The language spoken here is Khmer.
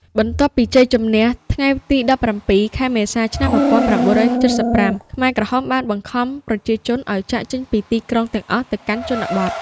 បន្ទាប់ពីជ័យជម្នះថ្ងៃទី ១៧ ខែមេសា ឆ្នាំ ១៩៧៥ ខ្មែរក្រហមបានបង្ខំប្រជាជនឱ្យចាកចេញពីទីក្រុងទាំងអស់ទៅកាន់ជនបទ។